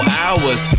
hours